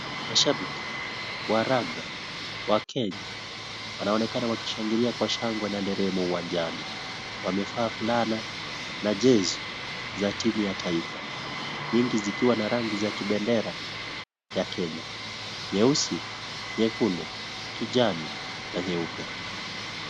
Mashabiki, wa raga, wa Kenya, wanaonekana wakishangilia kwa shangwe na nderemo uwanjani, wamevaa fulana na jezi za timu ya taifa nyingi zikiwa na rangi ya kibendera ya Kenya, nyeusi, nyekundu, kijani na nyeupe.